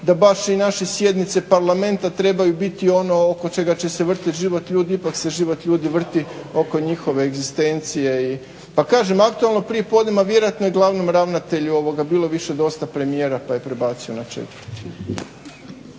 da baš i naše sjednice Parlamenta trebaju biti ono oko čega će se vrtiti život ljudi. Ipak se život ljudi vrti oko njihove egzistencije. Pa kažem aktualno prijepodne ma vjerojatno je glavnom ravnatelju bilo više dosta premijera pa je prebacio na 4.